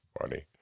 funny